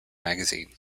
magazine